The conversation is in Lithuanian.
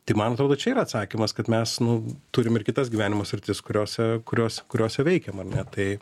tai man atrodo čia yra atsakymas kad mes nu turim ir kitas gyvenimo sritis kuriose kurios kuriose veikiam ar ne tai